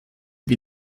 wie